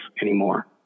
anymore